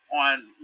on